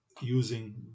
using